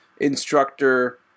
instructor